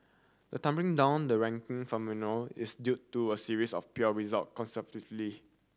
the tumbling down the ranking phenomenon is due to a series of pure result consecutively